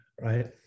right